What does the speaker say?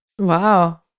wow